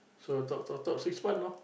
so talk talk talk six month know